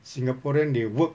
singaporean they work